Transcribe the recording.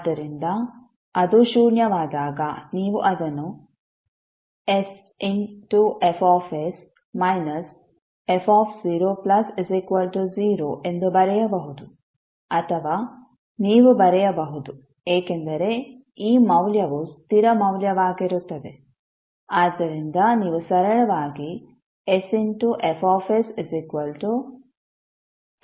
ಆದ್ದರಿಂದ ಅದು ಶೂನ್ಯವಾದಾಗ ನೀವು ಅದನ್ನು sFs f00 ಎಂದು ಬರೆಯಬಹುದು ಅಥವಾ ನೀವು ಬರೆಯಬಹುದು ಏಕೆಂದರೆ ಈ ಮೌಲ್ಯವು ಸ್ಥಿರ ಮೌಲ್ಯವಾಗಿರುತ್ತದೆ ಆದ್ದರಿಂದ ನೀವು ಸರಳವಾಗಿ sFsf0 ಅನ್ನು ಬರೆಯಬಹುದು